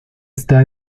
está